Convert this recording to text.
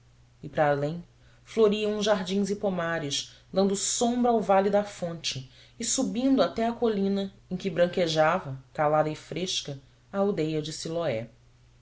e para além floriam jardins e pomares dando sombra ao vale da fonte e subindo até à colina em que branquejava calada e fresca a aldeia de siloé